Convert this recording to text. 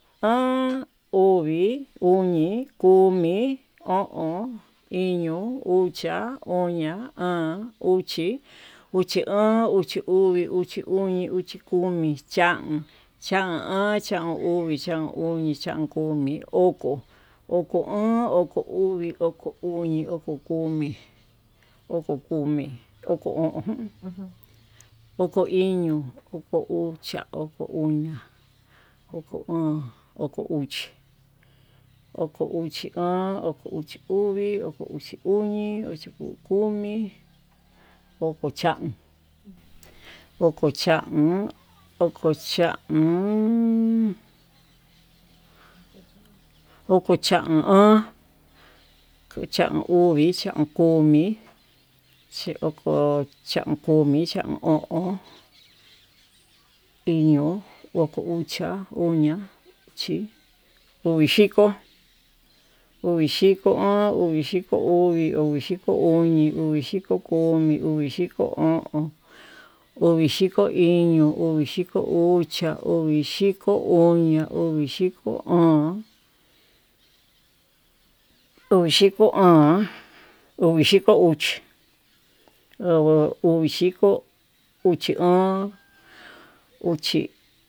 Oon, uvi, uñi, komi, o'on, iño, uxia, uñia, óón, uxi, uxi oon, uxi ovi, uxi oñi, uxi komi, chaon, chaon oon, chaon uvi, chaon komi, oko, oko oon, oko uvi, oko uñi, oko komi, oko o'on, oko iño, oko uxia, oko uñia, oko óón, oko uxi, oko uxi oon, oko uxi uvi, oko uxi uñi, oko chaun, oko chaun, oko chaon oon, oko chaon uvi, oko chaon komi, oko xhaon o'on, iño oko uxhiá chi komixhiko, uvixhiko, uvixhiko uvi uvixhiko uñi, uxhiko komi, uxhiko o'on, uvixhiko iño, uxhiko uxhiá ovixhiko oñia, uxhiko o'on, uvixhiko o'on, uvixhiko uxi, uvixhiko uxhi o'on uxi.